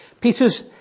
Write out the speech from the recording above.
Peter's